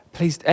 Please